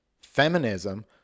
Feminism